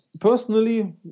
Personally